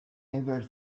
ever